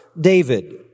David